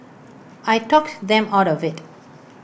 I talked them out of IT